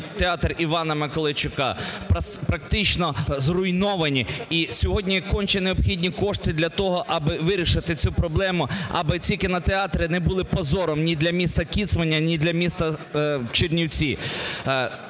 театр Івана Миколайчука практично зруйновані. І сьогодні конче необхідні кошти для того, аби вирішити цю проблему, аби ці кінотеатри не були позором ні для міста Кіцманя, ні для міста Чернівці.